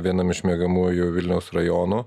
vienam iš miegamųjų vilniaus rajonų